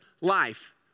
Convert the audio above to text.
life